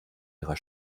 ihrer